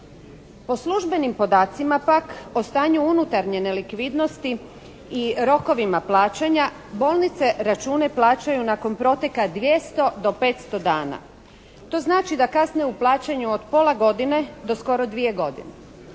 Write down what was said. Po službenim podacima pak o stanju unutarnje nelikvidnosti i rokovima plaćanja bolnice račune plaćaju nakon proteka 200 do 500 dana. To znači da kasne u plaćanju od pola godine do skoro dvije godine.